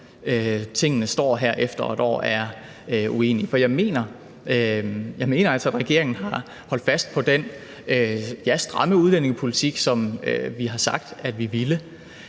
tingene står her efter et år, er uenige, for jeg mener altså, at regeringen har holdt fast på den, ja, stramme udlændingepolitik, som vi har sagt at vi ville,